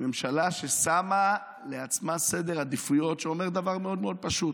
ממשלה ששמה לעצמה סדר עדיפויות שאומר דבר מאוד מאוד פשוט: